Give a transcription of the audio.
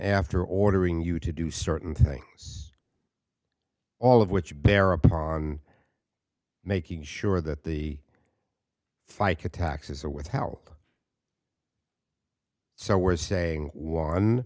after ordering you to do certain things all of which bear upon making sure that the fica taxes are with help so we're saying one